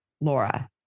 Laura